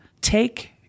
Take